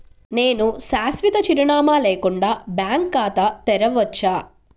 నేను శాశ్వత చిరునామా లేకుండా బ్యాంక్ ఖాతా తెరవచ్చా?